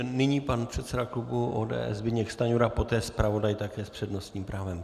Nyní pan předseda klubu ODS Zbyněk Stanjura, poté zpravodaj, také s přednostním právem.